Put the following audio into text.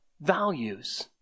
values